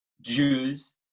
Jews